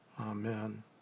Amen